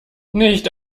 nicht